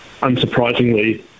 unsurprisingly